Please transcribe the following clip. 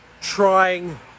trying